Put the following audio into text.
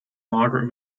margaret